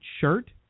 shirt